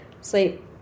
sleep